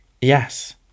Yes